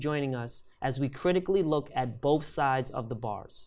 joining us as we critically look at both sides of the bars